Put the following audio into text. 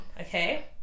okay